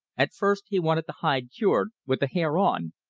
at first he wanted the hide cured, with the hair on.